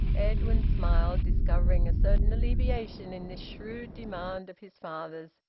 edwin smiled, discovering a certain alleviation in this shrewd demand of his father's,